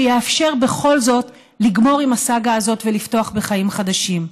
שיאפשר בכל זאת לגמור עם הסאגה הזאת ולפתוח בחיים חדשים.